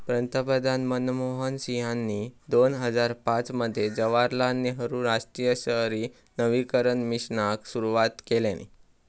पंतप्रधान मनमोहन सिंहानी दोन हजार पाच मध्ये जवाहरलाल नेहरु राष्ट्रीय शहरी नवीकरण मिशनाक सुरवात केल्यानी